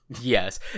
yes